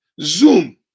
Zoom